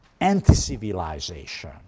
anti-civilization